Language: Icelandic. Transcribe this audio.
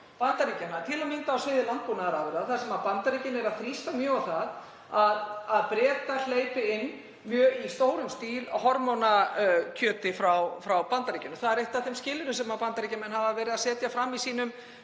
Bandaríkjanna, til að mynda á sviði landbúnaðarafurða þar sem Bandaríkin þrýsta mjög á það að Bretar hleypi inn í stórum stíl hormónakjöti frá Bandaríkjunum. Það er eitt af þeim skilyrðum sem Bandaríkjamenn hafa verið að setja fram í